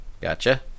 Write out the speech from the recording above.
Gotcha